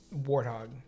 warthog